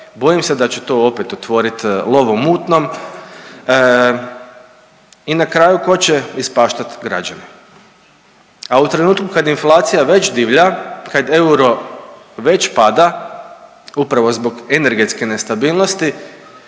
bojim se da će to opet otvoriti lov u mutnom. I na kraju, tko će ispaštati? Građani. A u trenutku kad inflacija već divlja, kad euro već pada, upravo zbog energetske nestabilnosti,